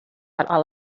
all